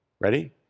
Ready